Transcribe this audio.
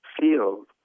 field